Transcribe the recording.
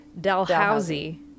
Dalhousie